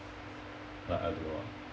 but I don't know lah